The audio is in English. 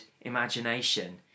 imagination